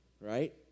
Right